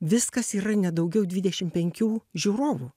viskas yra ne daugiau dvidešim penkių žiūrovų